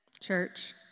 church